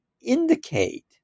indicate